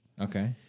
Okay